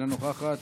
אינה נוכחת,